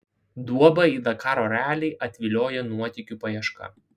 duobą į dakaro ralį atviliojo nuotykių paieška